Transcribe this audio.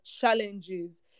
challenges